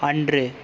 அன்று